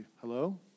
Hello